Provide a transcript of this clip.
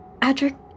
Adric